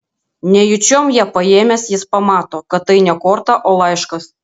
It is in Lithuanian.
nejučiom ją paėmęs jis pamato kad tai ne korta o laiškas